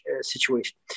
situation